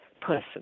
person